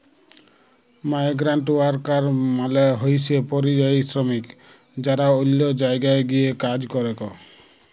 migrant worker মালে হইসে পরিযায়ী শ্রমিক যারা অল্য জায়গায় গিয়ে কাজ করেক